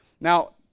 Now